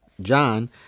John